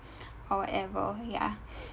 however ya